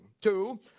Two